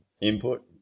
input